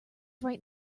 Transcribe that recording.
right